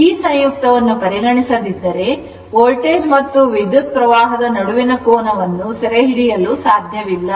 ಆದ್ದರಿಂದ ಈ ಸಂಯುಕ್ತವನ್ನು ಪರಿಗಣಿಸದಿದ್ದರೆ ವೋಲ್ಟೇಜ್ ಮತ್ತು ವಿದ್ಯುತ್ಪ್ರವಾಹದ ನಡುವಿನ ಕೋನವನ್ನು ಸೆರೆಹಿಡಿಯಲು ಸಾಧ್ಯವಿಲ್ಲ